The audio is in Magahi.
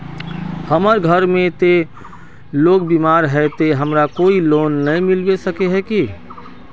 हमर घर में ते लोग बीमार है ते हमरा कोई लोन नय मिलबे सके है की?